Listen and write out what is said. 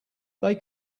they